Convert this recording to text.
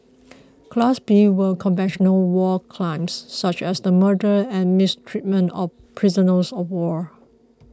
class B were conventional war crimes such as the murder and mistreatment of prisoners of war